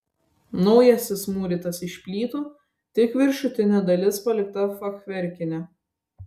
naujasis mūrytas iš plytų tik viršutinė dalis palikta fachverkinė